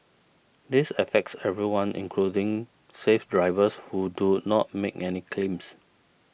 this affects everyone including safe drivers who do not make any claims